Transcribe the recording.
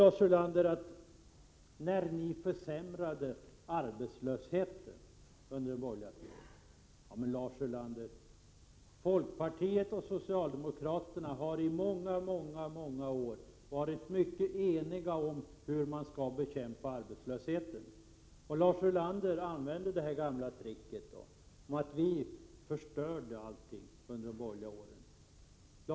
Lars Ulander säger sedan ”när ni försämrade arbetslösheten under den borgerliga tiden” osv. Men folkpartiet och socialdemokraterna har i många år varit mycket eniga om hur arbetslösheten skall bekämpas. Lars Ulander använder det gamla tricket att säga att vi förstörde allt under de borgerliga åren.